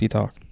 Talk